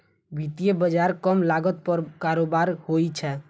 वित्तीय बाजार कम लागत पर कारोबार होइ छै